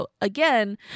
Again